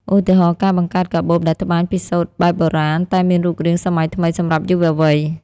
ឧទាហរណ៍ ការបង្កើតកាបូបដែលត្បាញពីសូត្របែបបុរាណតែមានរូបរាងសម័យថ្មីសម្រាប់យុវវ័យ។